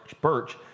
Birch